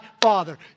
Father